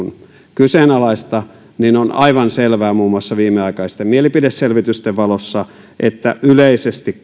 kyseenalaista niin on aivan selvää muun muassa viimeaikaisten mielipideselvitysten valossa että yleisesti